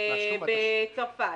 בצרפת,